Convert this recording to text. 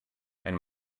and